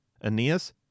Aeneas